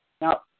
Now